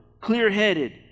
clear-headed